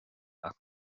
ach